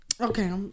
Okay